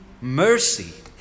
mercy